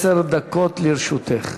עשר דקות לרשותך.